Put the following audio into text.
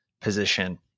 position